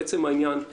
לעצם העניין הנוסף,